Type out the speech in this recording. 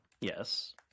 Yes